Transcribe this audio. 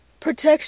Protection